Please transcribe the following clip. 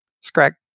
Scrag